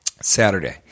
Saturday